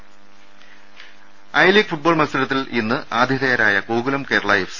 രുവെട്ടെടു I league football മത്സരത്തിൽ ഇന്ന് ആതിഥേയരായ ഗോകുലം കേരള എഫ്